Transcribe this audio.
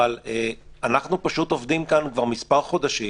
אבל אנחנו עובדים כאן כבר מספר חודשים